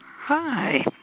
Hi